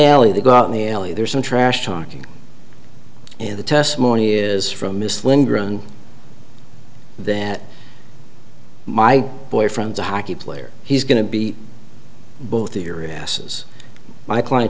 alley they go out in the alley there's some trash talking and the testimony is from miss lindgren that my boyfriend's a hockey player he's going to be both your asses my client